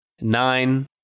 nine